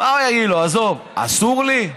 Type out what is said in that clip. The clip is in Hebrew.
מה הוא יגיד לו, עזוב, אסור לי?